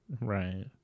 Right